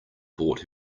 bought